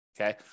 okay